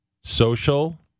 social